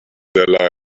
their